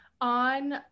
on